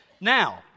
now